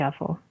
careful